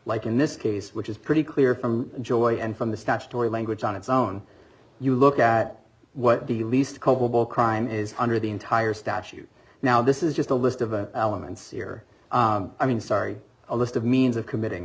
like in this case which is pretty clear from joy and from the statutory language on its own you look at what the least culpable crime is under the entire statute now this is just a list of an alum and sear i mean sorry a list of means of committing